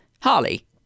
Harley